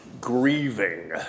grieving